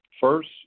First